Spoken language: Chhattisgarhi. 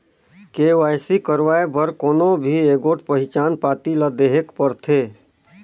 के.वाई.सी करवाए बर कोनो भी एगोट पहिचान पाती ल देहेक परथे